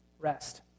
Rest